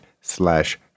slash